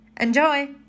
Enjoy